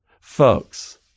Folks